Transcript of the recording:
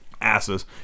asses